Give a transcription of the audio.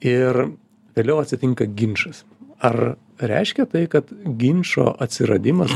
ir vėliau atsitinka ginčas ar reiškia tai kad ginčo atsiradimas